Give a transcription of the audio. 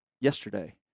yesterday